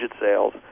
sales